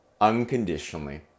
unconditionally